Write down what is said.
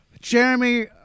Jeremy